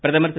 பிரதமர் திரு